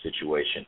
situation